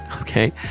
okay